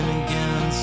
again